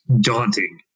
daunting